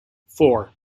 four